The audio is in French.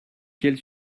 quelle